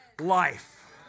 life